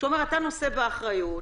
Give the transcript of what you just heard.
שאומר: אתה נושא באחריות,